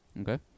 Okay